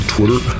Twitter